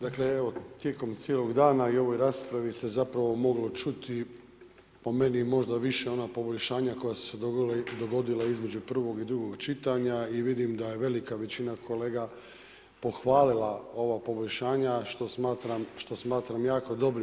Dakle, cijelog dana i u ovoj raspravi se zapravo moglo čuti po meni možda više ona poboljšanja koja su se dogodila između prvog i drugog čitanja i vidim da je velika većina kolega pohvalila ova poboljšanja što smatram jako dobrim.